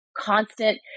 Constant